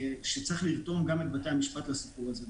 שצריך לרתום גם את בתי המשפט לסיפור הזה.